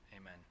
Amen